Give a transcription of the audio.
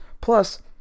Plus